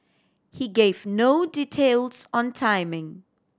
he gave no details on timing